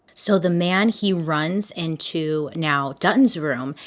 so the man, he runs into now dutton's room,